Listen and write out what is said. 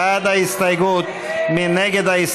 קארין אלהרר,